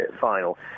final